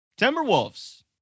Timberwolves